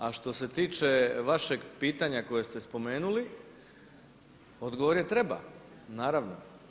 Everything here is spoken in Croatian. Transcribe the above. A što se tiče vašeg pitanja koje ste spomenuli, odgovor je treba, naravno.